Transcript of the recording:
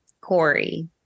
Corey